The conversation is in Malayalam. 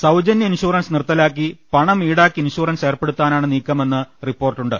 സൌജന്യ ഇൻഷൂറൻസ് നിർത്തലാക്കി പണം ഈടാക്കി ഇൻഷൂറൻസ് ഏർപ്പെടു ത്താനാണ് നീക്കമെന്ന് റിപ്പോർട്ടുണ്ട്